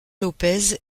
lopez